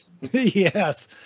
yes